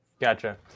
Gotcha